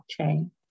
blockchain